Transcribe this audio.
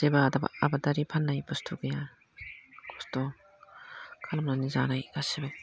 जेबो आबादारिनि फाननाय बुस्थु गैया खस्थ' खालामनानै जानाय गासैबो